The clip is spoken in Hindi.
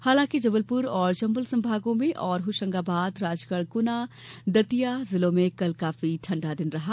हालांकि जबलपुर और चंबल संभागों में तथा होशंगाबाद राजगढ गुना और दतिया जिलों में कल काफी ठंडा दिन रहा